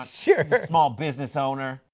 ah small business owner.